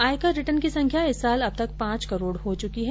आयकर रिटर्न की संख्या इस साल अब तक पांच करोड़ हो चुकी है